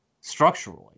structurally